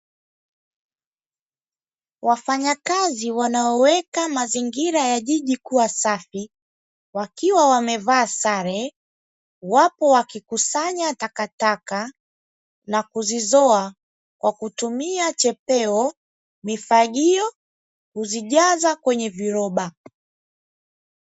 Wafanyakazi wanaoweka mazingira ya jiji kuwa safi wakiwa wamevaa sare, wapo wakikusanya takataka na kuzizoa kwa kutumia chepeo, mifagio, kuzijaza kwenye viroba.